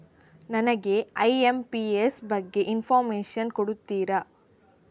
ನನಗೆ ಐ.ಎಂ.ಪಿ.ಎಸ್ ಬಗ್ಗೆ ಇನ್ಫೋರ್ಮೇಷನ್ ಕೊಡುತ್ತೀರಾ?